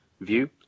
view